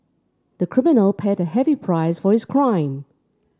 the criminal paid a heavy price for his crime